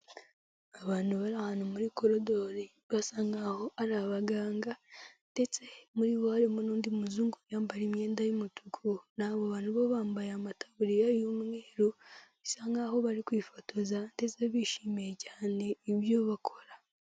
Abantu bari ahantu muri koridori basa nk'aho ari abaganga ndetse muri bo harimo n'undi muzungu wiyambariye imyenda y'umutuku, naho abo bantu bo bambaye amatabuririya y'umweru bisa nk'aho bari kwifotoza ndetse bishimiye cyane ibyo bakora.